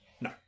No